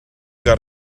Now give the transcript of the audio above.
got